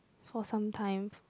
for sometime